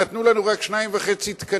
נתנו לנו רק 2.5 תקנים,